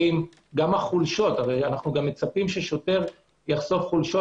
גם החולשות אנו מצפים ששוטר יחשוף חולשות,